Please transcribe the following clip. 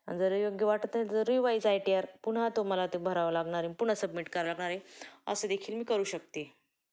आणि जर योग्य वाटत नाही जर रिवाईज आय टी आर पुन्हा तो मला ते भरावा लागणार आहे पुन्हा सबमिट करावा लागणार आहे असं देखील मी करू शकते